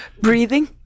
Breathing